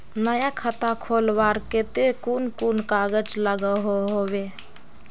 नया खाता खोलवार केते कुन कुन कागज लागोहो होबे?